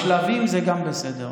בשלבים זה גם בסדר.